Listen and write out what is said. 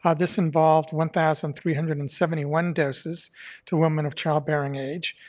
ah this involved one thousand three hundred and seventy one doses to women of childbearing age,